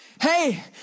Hey